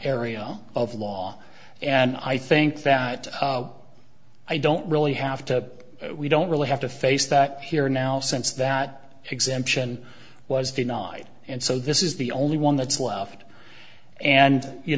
rea of law and i think that i don't really have to we don't really have to face that here now since that exemption was denied and so this is the only one that's left and you